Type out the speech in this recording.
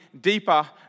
deeper